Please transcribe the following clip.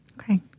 Okay